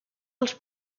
els